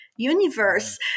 Universe